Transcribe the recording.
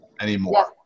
anymore